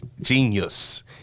Genius